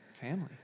family